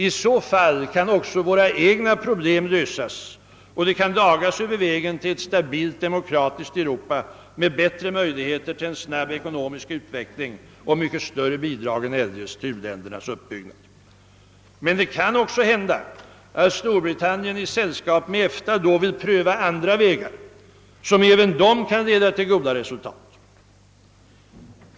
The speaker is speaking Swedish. I så fall kan också våra egna problem lösas och det kan dagas över vägen till ett stabilt demokratiskt Europa med bättre möjligheter till en snabb ekonomisk utveckling och mycket större bidrag än eljest till u-ländernas uppbyggnad. Men det kan också hända att Storbritannien i sällskap med EFTA då vill pröva andra vägar, som också kan leda till goda resultat.